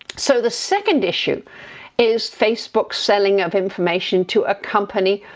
so the second issue is facebook's selling of information to a company,